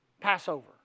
Passover